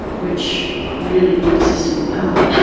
which really blew the system apart.